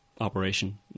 Operation